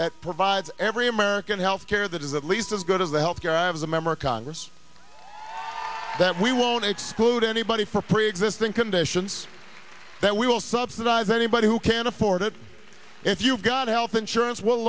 that provides every american health care that is at least as good as the health care of the member of congress that we won't a food anybody for preexisting conditions that we will subsidize anybody who can afford it if you've got health insurance will